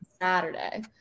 Saturday